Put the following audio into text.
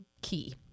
key